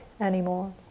anymore